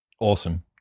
Awesome